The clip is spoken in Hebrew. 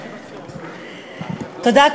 תודה.